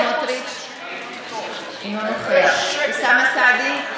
סמוטריץ' אינו נוכח אוסאמה סעדי,